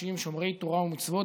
אנשים שומרי תורה ומצוות,